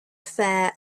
fair